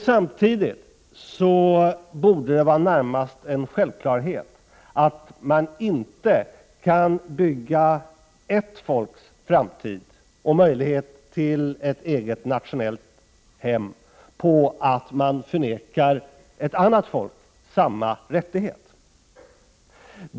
Samtidigt borde det vara närmast en självklarhet att man inte kan bygga ett visst folks framtid och möjlighet till ett eget nationellt hem på att man förvägrar ett annat folk samma rättighet.